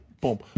boom